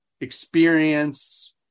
experience